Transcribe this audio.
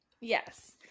Yes